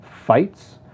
fights